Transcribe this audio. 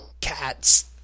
Cats